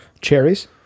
Cherries